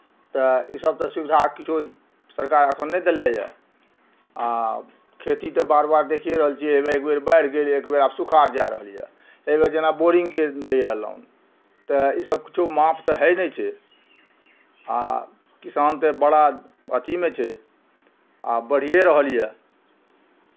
तऽ इसभ तऽ सुविधा किछो सरकार एखन नहि देने यए आ खेती तऽ बार बार देखिए रहल छियै एहिमे एक बेर बाढ़ि गेलै एक बेर आब सूखा जाए रहलैए एहि बेर जेना बोरिंगके दैए लोन तऽ इसभ किछो माफ तऽ होइ नहि छै आ किसान तऽ बड़ा अथीमे छै आ बढ़िए रहल यए